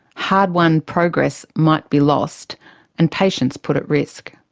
hard-won progress might be lost and patients put at risk.